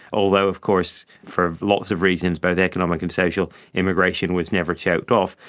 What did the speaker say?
although of course for lots of reasons, both economic and social, immigration was never choked off.